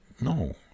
no